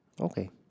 Okay